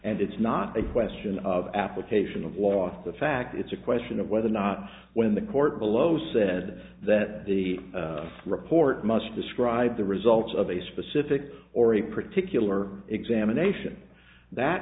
and it's not a question of application of loss of fact it's a question of whether or not when the court below said that the report must describe the results of a specific or a particular examination that